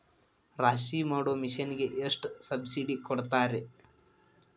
ರಾಶಿ ಮಾಡು ಮಿಷನ್ ಗೆ ಎಷ್ಟು ಸಬ್ಸಿಡಿ ಕೊಡ್ತಾರೆ?